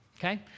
Okay